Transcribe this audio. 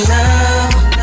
now